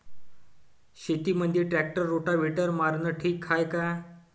शेतामंदी tractor rotavator मारनं ठीक हाये का?